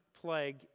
plague